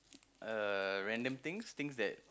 uh random things things that